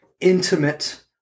intimate